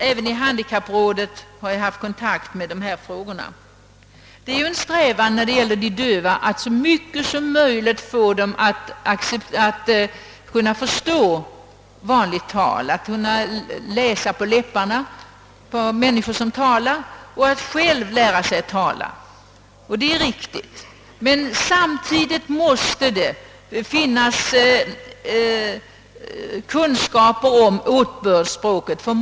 även i handikapprådet har jag haft kontakt med dessa frågor. Vi strävar ju efter att så långt möjligt lära de döva att förstå vanligt tal genom att läsa på läpparna och att själva lära sig tala. Det är riktigt, men samtidigt måste de ha kunskaper i åtbördsspråket.